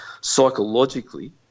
Psychologically